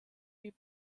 wie